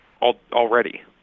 already